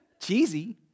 Cheesy